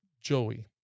Joey